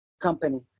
company